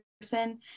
person